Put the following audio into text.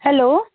hello